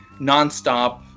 nonstop